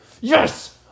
Yes